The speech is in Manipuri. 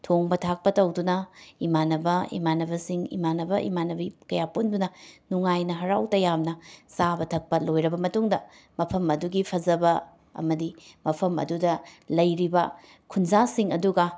ꯊꯣꯡꯕ ꯊꯥꯛꯄ ꯇꯧꯗꯨꯅ ꯏꯃꯥꯟꯅꯕ ꯏꯃꯥꯟꯅꯕꯁꯤꯡ ꯏꯃꯥꯟꯅꯕ ꯏꯃꯥꯟꯅꯕꯤ ꯀꯌꯥ ꯄꯨꯟꯗꯨꯅ ꯅꯨꯡꯉꯥꯏꯅ ꯍꯔꯥꯎ ꯇꯌꯥꯝꯅ ꯆꯥꯕ ꯊꯛꯄ ꯂꯣꯏꯔꯕ ꯃꯇꯨꯡꯗ ꯃꯐꯝ ꯑꯗꯨꯒꯤ ꯐꯖꯕ ꯑꯃꯗꯤ ꯃꯐꯝ ꯑꯗꯨꯗ ꯂꯩꯔꯤꯕ ꯈꯨꯟꯖꯥꯁꯤꯡ ꯑꯗꯨꯒ